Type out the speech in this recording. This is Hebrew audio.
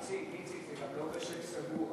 איציק, זה גם לא משק סגור.